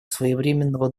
своевременного